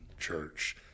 church